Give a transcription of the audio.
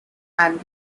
and